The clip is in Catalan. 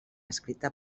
escrita